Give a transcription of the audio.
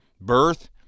birth